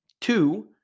Two